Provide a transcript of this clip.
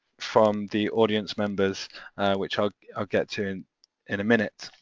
from the audience members which i'll i'll get to in and a minute.